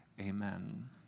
Amen